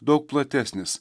daug platesnis